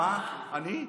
מה, אני?